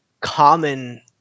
common